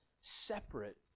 separate